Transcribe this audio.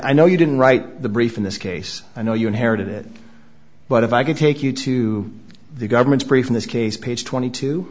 i know you didn't write the brief in this case i know you inherited it but if i can take you to the government's brief in this case page twenty two